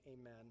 amen